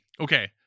Okay